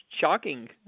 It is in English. shocking